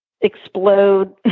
explode